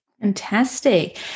Fantastic